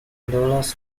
douglas